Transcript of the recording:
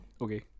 Okay